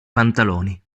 pantaloni